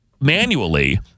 manually